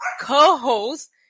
co-host